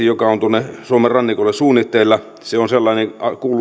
joka on tuonne suomen rannikolle suunnitteilla ja jättää sen nyt lakimuutoksen ulkopuolelle se on sellainen